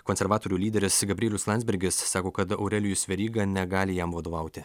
konservatorių lyderis gabrielius landsbergis sako kad aurelijus veryga negali jam vadovauti